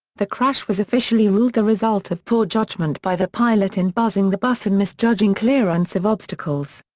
the crash was officially ruled the result of poor judgement by the pilot in buzzing the bus and misjudging clearance of obstacles.